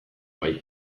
gai